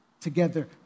together